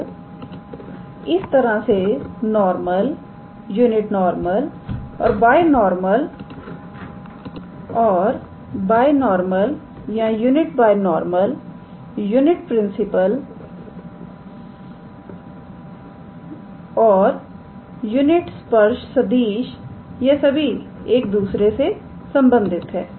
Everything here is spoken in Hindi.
तो इस तरह से नॉर्मल यूनिट नॉर्मल और बायनॉर्मल या unit binormal unit principal normal और यूनिट स्पर्श सदिश यह सभी एक दूसरे से संबंधित है